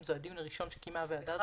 זה דיון ראשון שקיימה הוועדה הזאת.